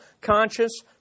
conscious